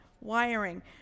wiring